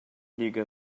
liga